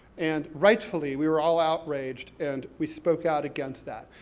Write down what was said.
and rightfully, we were all outraged, and we spoke out against that.